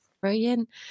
Brilliant